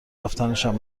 رفتنشم